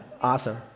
awesome